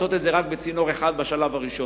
לעשות את זה רק בצינור אחד בשלב הראשון.